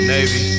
Navy